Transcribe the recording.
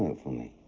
and for me.